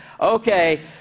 Okay